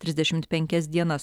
trisdešimt penkias dienas